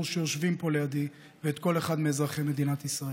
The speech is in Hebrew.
שיושבים פה לידי וכל אחד מאזרחי מדינת ישראל.